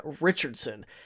Richardson